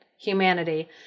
humanity